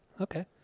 okay